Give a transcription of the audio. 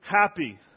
happy